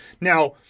Now